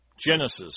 Genesis